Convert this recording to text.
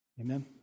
Amen